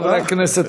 חברי הכנסת,